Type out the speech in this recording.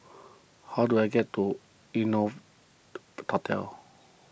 how do I get to Hotel